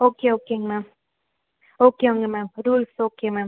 okay ஓகேங்க ma'am ஓகேங்க ma'am rules okay ma'am